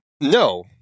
No